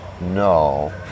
No